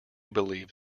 believe